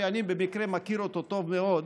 שאני במקרה מכיר אותו טוב מאוד,